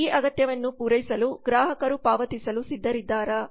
ಈ ಅಗತ್ಯವನ್ನು ಪೂರೈಸಲು ಗ್ರಾಹಕರು ಪಾವತಿಸಲು ಸಿದ್ಧರಿದ್ದೀರಾ